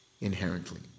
inherently